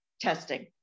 testing